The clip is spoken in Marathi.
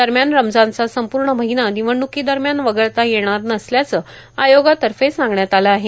दरम्यान रमजानचा संपूर्ण महिना निवडणुकीदरम्यान वगळता येणार नसल्याचं आयोगातर्फे सांगण्यात आला आहे